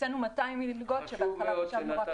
הקצנו 200 מלגות כשבהתחלה חשבנו רק